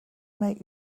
make